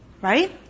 Right